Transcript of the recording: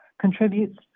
contributes